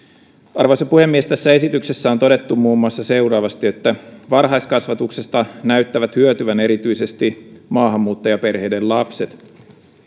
arvoisa puhemies tässä esityksessä on todettu muun muassa seuraavaa varhaiskasvatuksesta näyttävät hyötyvän erityisesti maahanmuuttajaperheiden lapset